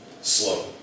slow